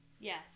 Yes